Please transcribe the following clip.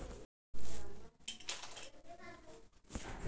फसल मिंजे के बाद कतेक दिन रख सकथन?